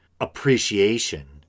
appreciation